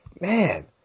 man